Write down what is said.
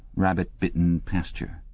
rabbit-bitten pasture,